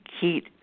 heat